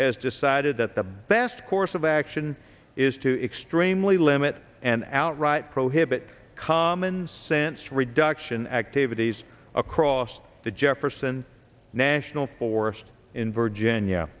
has decided that the best course of action is to extremely limit and outright prohibit common sense reduction activities across the jefferson national forest in virginia